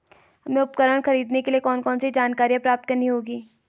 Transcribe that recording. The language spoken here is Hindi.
हमें उपकरण खरीदने के लिए कौन कौन सी जानकारियां प्राप्त करनी होगी?